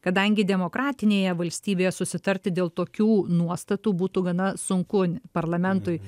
kadangi demokratinėje valstybėje susitarti dėl tokių nuostatų būtų gana sunku parlamentui